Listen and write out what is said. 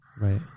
Right